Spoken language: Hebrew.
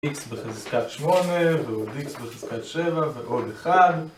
x בחזקת שמונה, ועוד x בחזקת שבע, ועוד אחד